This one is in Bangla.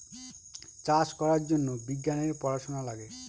চাষ করার জন্য বিজ্ঞানের পড়াশোনা লাগে